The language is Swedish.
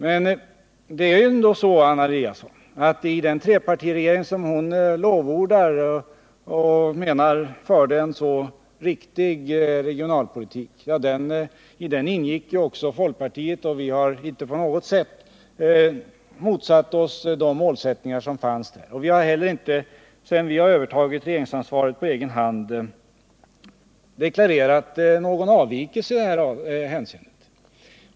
Men det är ändå så, Anna Eliasson, att i den trepartiregering som Anna Eliasson lovordar och menar förde en så riktig regionalpolitik ingick också folkpartiet, och vi har inte på något sätt motsatt oss de målsättningar som fanns där. Vi har heller inte, sedan vi övertagit regeringsansvaret på egen hand, deklarerat någon avvikelse i det hänseendet.